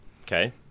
Okay